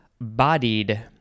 bodied